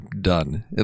done